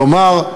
כלומר,